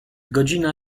godzina